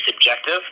subjective